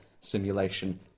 simulation